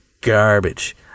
garbage